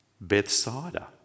Bethsaida